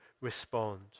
respond